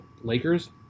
Lakers